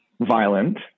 violent